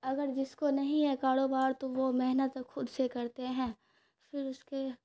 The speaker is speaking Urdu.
اگر جس کو نہیں ہے کاروبار تو وہ محنت خود سے کرتے ہیں پھر اس کے